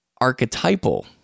archetypal